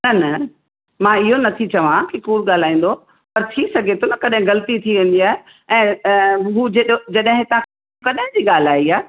न न मां इयो नथी चवा की कूड़ ॻाल्हाईंदो पर थी सघे थो न कॾहिं ग़लती थी वेंदी आहे ऐं अ हू जेडो जॾहिं इता कॾहिं जी ॻाल्हि आहे इहा